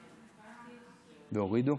נכתב "דמוקרטית" והורידו.